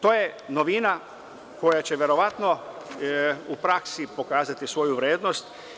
To je novina koja će verovatno u praksi pokazati svoju vrednost.